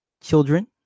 children